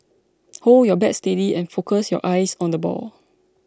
hold your bat steady and focus your eyes on the ball